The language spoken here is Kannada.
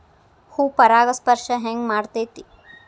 ಹೂ ಪರಾಗಸ್ಪರ್ಶ ಹೆಂಗ್ ಮಾಡ್ತೆತಿ?